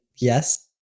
yes